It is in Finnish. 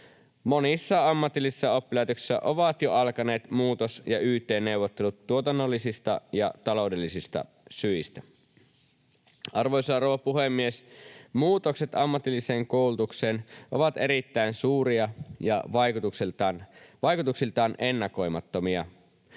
Monissa ammatillisissa oppilaitoksissa ovat jo alkaneet muutos- ja yt-neuvottelut tuotannollisista ja taloudellisista syistä. Arvoisa rouva puhemies! Muutokset ammatilliseen koulutukseen ovat erittäin suuria ja vaikutuksiltaan ennakoimattomia.